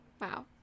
Wow